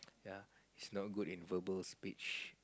ya he's not good in verbal speech